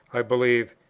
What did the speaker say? i believe,